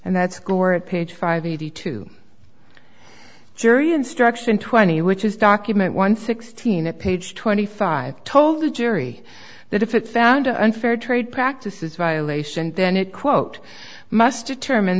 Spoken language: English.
and that's gore at page five eighty two jury instruction twenty which is document one sixteen a page twenty five told the jury that if it found a unfair trade practices violation then it quote must determine